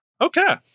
Okay